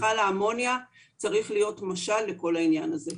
מכל האמוניה צריך להיות משל לכל העניין הזה.